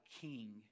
king